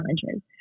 challenges